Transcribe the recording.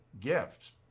gifts